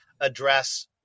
address